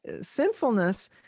sinfulness